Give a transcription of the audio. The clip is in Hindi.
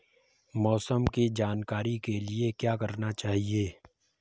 मौसम की जानकारी के लिए क्या करना चाहिए?